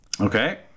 okay